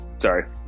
Sorry